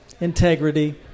Integrity